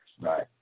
Right